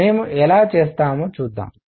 మేము ఎలా చేస్తామో చూద్దాం